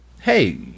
hey